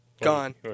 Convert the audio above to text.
Gone